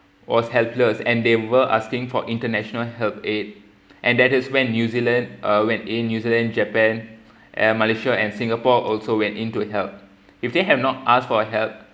was helpless and they were asking for international help aid and that is when new zealand uh when a new zealand japan and malaysia and singapore also went into help if they have not asked for help